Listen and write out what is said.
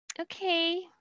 okay